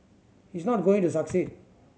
he's not going to succeed